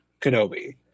kenobi